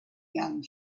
young